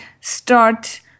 start